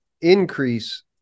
increase